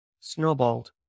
snowballed